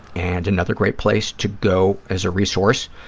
and another great place to go as a resource